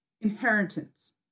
Inheritance